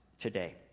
today